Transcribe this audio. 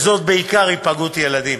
בעיקר היפגעות ילדים.